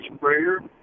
prayer